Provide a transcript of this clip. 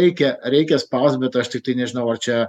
reikia reikia spaust bet aš tiktai nežinau ar čia